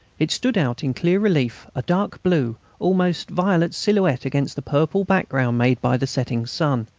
it stood out in clear relief, a dark blue, almost violet silhouette against the purple background made by the setting sun.